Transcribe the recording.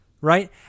right